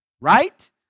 right